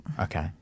Okay